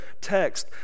text